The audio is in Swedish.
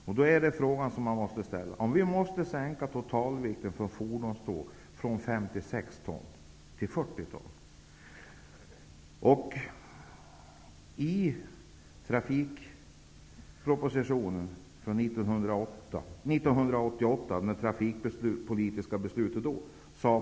I trafikpropositionen från 1988 sade man att det trafikpolitiska beslutet skulle gälla till 1994, då man skulle öka till 60 ton för totala fordonståg.